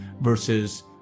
versus